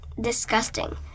disgusting